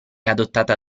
adottata